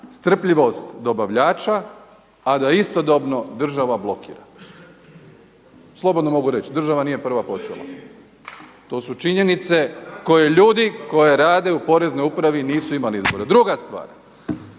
strpljivost dobavljača, a da istodobno država blokira. Slobodno mogu reći država nije prva počela, to su činjenice koje ljudi koje rade u Poreznoj upravi nisu imali izbora. Druga stvar,